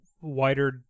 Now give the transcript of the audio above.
wider